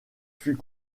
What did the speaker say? fut